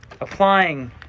applying